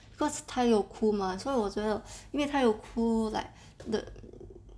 cause 他有哭 mah 所以我觉得因为他有哭 like